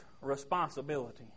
responsibility